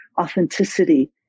authenticity